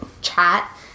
chat